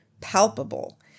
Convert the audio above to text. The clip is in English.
palpable